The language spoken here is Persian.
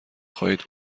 خواهید